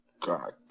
God